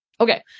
Okay